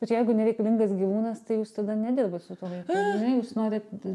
ir jeigu nereikalingas gyvūnas tai jūs tada nedirbat su tuo vaiku jūs norit